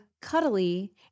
cuddly